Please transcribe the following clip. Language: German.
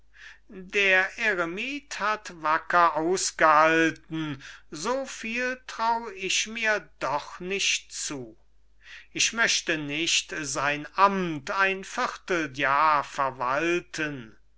der eremit hat wacker ausgehalten so viel trau ich mir doch nicht zu ich möchte nicht sein amt ein vierteljahr verwalten